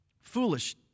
foolish